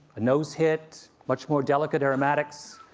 a nose hit, much more delicate aromatics.